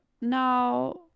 now